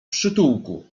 przytułku